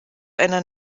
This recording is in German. einer